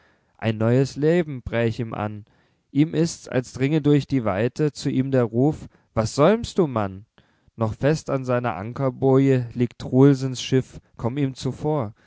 ein neues leben bräch ihm an ihm ist's als dringe durch die weite zu ihm der ruf was säumst du mann noch fest an seiner ankerboje liegt truelsens schiff komm ihm zuvor